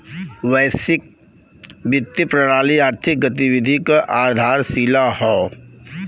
वैश्विक वित्तीय प्रणाली आर्थिक गतिविधि क आधारशिला हौ